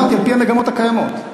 אמרתי "על-פי המגמות הקיימות".